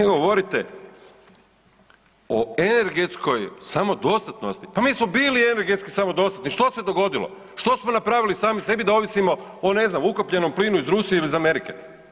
Vi govorite o energetskoj samodostatnosti, pa mi smo bili energetski samodostatni, što se dogodilo, što smo napravili sami sebi da ovisimo o ne znam ukapljenom plinu iz Rusije ili iz Amerike.